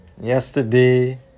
Yesterday